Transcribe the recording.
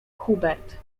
hubert